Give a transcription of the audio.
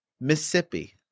Mississippi